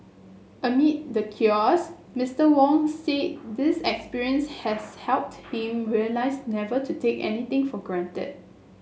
amid the chaos Mister Wong said this experience has helped him realise never to take anything for granted